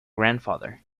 grandfather